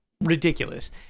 ridiculous